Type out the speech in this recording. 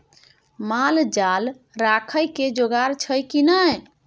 माल जाल राखय के जोगाड़ छौ की नै